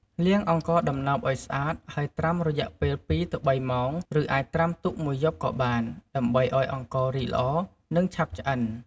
លាងអង្ករដំណើបឲ្យស្អាត ហើយត្រាំរយៈពេល២ទៅ៣ម៉ោង ឬអាចត្រាំទុកមួយយប់ក៏បាន ដើម្បីឱ្យអង្កររីកល្អ និងឆាប់ឆ្អិន។